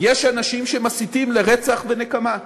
יש אנשים שמסיתים לרצח ולנקמה.